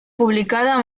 publicada